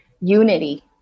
unity